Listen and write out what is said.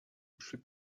przy